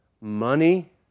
money